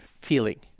feeling